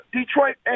Detroit